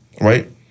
right